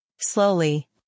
Slowly